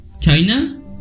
China